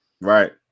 Right